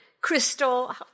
crystal